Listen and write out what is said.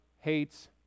hates